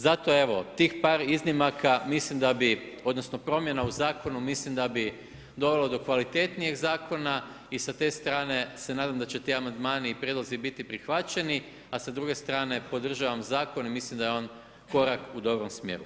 Zato evo, tih par iznimaka mislim da bi, odnosno promjena u Zakonu, mislim da bi dovelo do kvalitetnijeg Zakona i sa te strane se nadam da će ti amandmani i prijedlozi biti prihvaćeni, a sa druge strane podržavam Zakon i mislim da je on korak u dobrom smjeru.